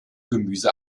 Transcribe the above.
gemüse